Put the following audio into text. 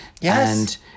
Yes